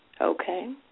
Okay